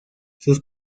sus